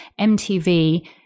MTV